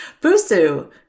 Busu